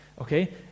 okay